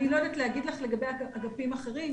אני לא יודעת להגיד לך לגבי אגפים אחרים.